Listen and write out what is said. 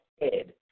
head